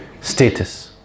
status